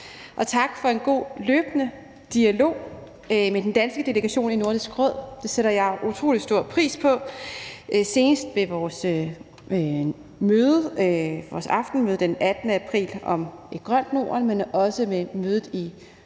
tak for en god løbende dialog med den danske delegation i Nordisk Råd, senest ved vores aftenmøde den 18. april om et grønt Norden, men også ved mødet i Nordisk